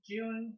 June